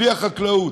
בלי החקלאות,